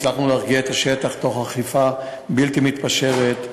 הצלחנו להרגיע את השטח תוך אכיפה בלתי מתפשרת,